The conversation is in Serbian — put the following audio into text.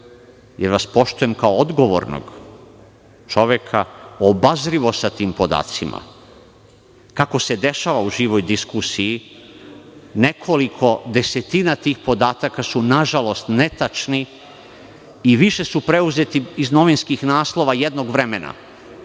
jer vas poštujem kao odgovornog čoveka, obazrivo sa tim podacima. Kako se dešava u živoj diskusiji, nekoliko desetina tih podataka su nažalost netačni i više su preuzeti iz novinskih naslova jednog vremena,